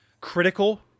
critical